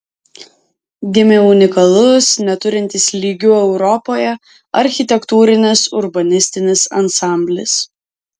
gimė unikalus neturintis lygių europoje architektūrinis urbanistinis ansamblis